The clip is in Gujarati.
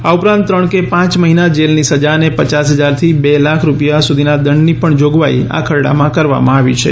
આ ઉપરાંત ત્રણ કે પાંચ મહિના જેલની સજા અને પચાસ હજારથી બે લાખ રૂપિયા સુધીના દંડની પણ જોગવાઇ આ ખરડામાં કરવામાં આવી છે